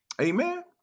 Amen